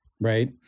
right